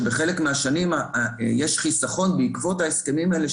שבחלק מהשנים יש חיסכון בעקבות ההסכמים האלה,